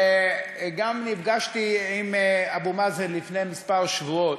וגם נפגשתי עם אבו מאזן לפני כמה שבועות,